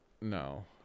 No